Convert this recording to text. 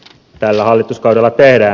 tällä hallituskaudella tehdään